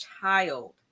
child